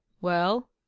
Well